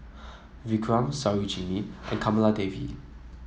Vikram Sarojini and Kamaladevi